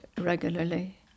regularly